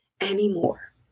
anymore